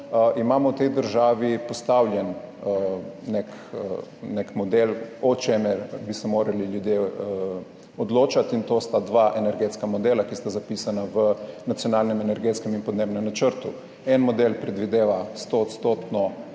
imamo v tej državi postavljen nek model, o čemer bi se morali ljudje odločati, in to sta dva energetska modela, ki sta zapisana v Nacionalnem energetskem in podnebnem načrtu. En model predvideva stoodstotno